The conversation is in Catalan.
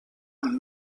amb